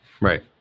Right